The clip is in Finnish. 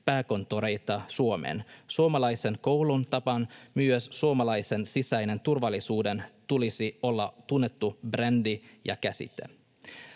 pääkonttoreita Suomeen. Suomalaisen koulun tapaan myös suomalaisen sisäisen turvallisuuden tulisi olla tunnettu brändi ja käsite.